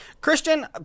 Christian